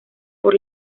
por